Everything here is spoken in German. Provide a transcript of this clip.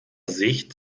sicht